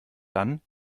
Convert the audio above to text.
dann